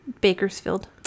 Bakersfield